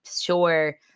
sure